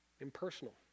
impersonal